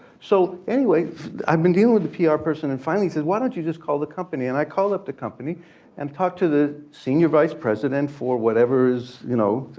so anyway, i've been dealing with the pr person and finally says why don't you just call the company. and i call up the company and talk to the senior vice president for whatever it is. you know